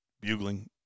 bugling